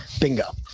bingo